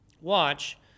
watch